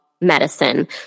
medicine